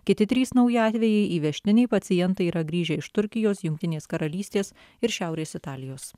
kiti trys nauji atvejai įvežtiniai pacientai yra grįžę iš turkijos jungtinės karalystės ir šiaurės italijos